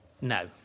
No